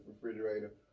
refrigerator